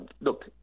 Look